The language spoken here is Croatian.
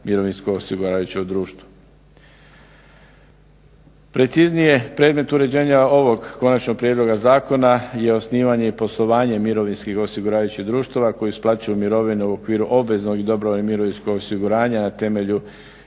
mirovinsko osiguravajućeg društva. Preciznije predmet uređenja ovog konačnog prijedloga zakona je osnivanje i poslovanje mirovinskih osiguravajućih društava koji isplaćuju mirovine u okviru obveznog i dobrovoljnog mirovinskog osiguranja na temelju